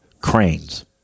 cranes